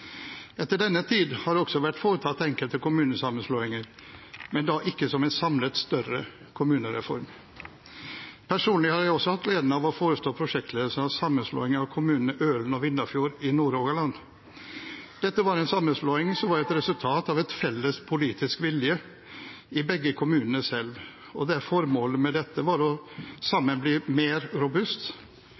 Etter denne tid har det også vært foretatt enkelte kommunesammenslåinger, men da ikke som en samlet større kommunereform. Personlig har jeg hatt gleden av å forestå prosjektledelsen av sammenslåingen av kommunene Ølen og Vindafjord i Nord-Rogaland. Dette var en sammenslåing som var et resultat av en felles politisk vilje i begge kommunene, og der formålet var at man sammen ble mer robust